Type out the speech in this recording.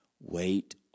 Wait